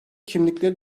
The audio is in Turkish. kimlikleri